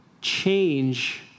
change